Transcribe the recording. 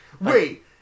Wait